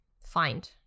find